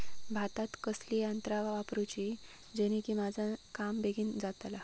भातात कसली यांत्रा वापरुची जेनेकी माझा काम बेगीन जातला?